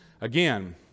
Again